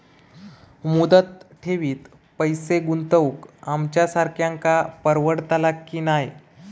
मुदत ठेवीत पैसे गुंतवक आमच्यासारख्यांका परवडतला की नाय?